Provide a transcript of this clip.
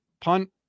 punt